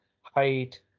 height